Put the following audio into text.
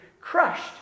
crushed